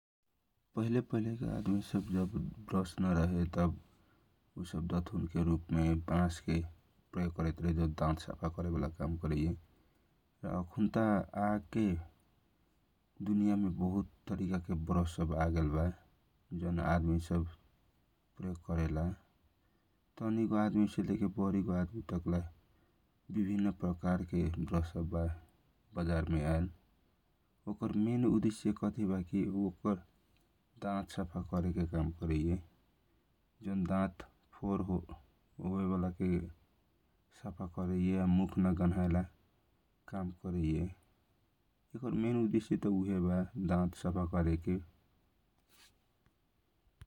पहिले पहिले के आदमी सब जब पहिला र् ब्रस न रहे तव उसव बसके कतहुन के रूपमे प्रयोग होइत रहे जौन दात साफा करेके काम कारइत रहे आ अ खुनता आके दुनिया मे बहुत प्रकार के ब्रछ छव आगेल बा तनिगो आदमी छे ले कर बडीगो आदमी सब प्रयोग करइए ओकर मेन उदेशय दात साफा करइए दात नगानाए केवेला ।